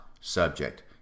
subject